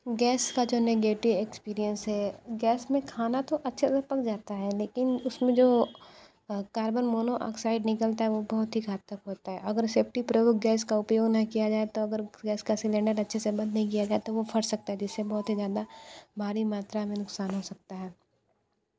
gas का जो negative experience है गैस में खाना तो अच्छे से पक जाता है लेकिन उसमें जो कार्बन मोनोऑक्साइड निकलता है वह बहुत ही घातक होता है अगर सेफ़्टी प्रयोग गैस का उपयोग न किया जाए तो अगर गैस का सिलेंडर अच्छे से बंद नहीं किया गया तो वह फट सकता है जिससे बहुत ही ज़्यादा भारी मात्रा में नुकसान हो सकता है